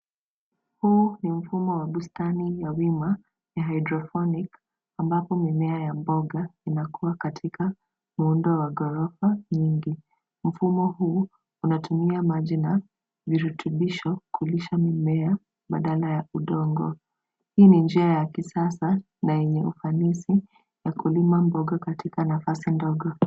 Huu ni mfumo wa bustani ya wima ya hydroponic ambapo mimea ya mboga inakuwa katika muundo wa ghorofa nyingi. Mfumo huu unatumia maji na virutubisho kulisha mimea badala ya udongo. Hii ni njia ya kisasa na yenye ufanisi ya kulima mboga katika nafasi ndogo.